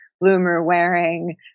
bloomer-wearing